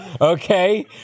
Okay